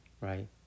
right